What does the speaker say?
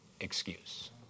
excuse